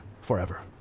forever